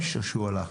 יש או שהוא הלך?